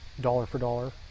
dollar-for-dollar